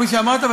כפי שאמרת,